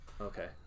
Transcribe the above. Okay